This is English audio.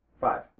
Five